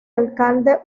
alcalde